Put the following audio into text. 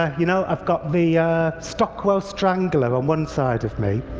ah you know, i've got the stockwell strangler on one side of me,